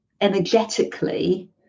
energetically